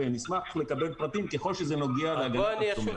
ונשמח לקבל פרטים ככל שזה נוגע להגנת הצומח.